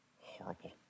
horrible